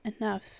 enough